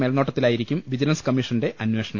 മേൽനോട്ടത്തിലായിരിക്കും vigilance കമ്മീഷന്റെ അന്വേഷണം